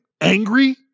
angry